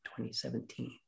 2017